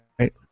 Right